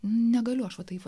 negaliu aš taip